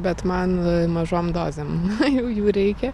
bet man mažom dozėm jau jų reikia